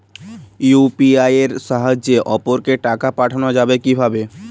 UPI এর সাহায্যে অপরকে টাকা পাঠানো যাবে কিভাবে?